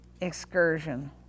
excursion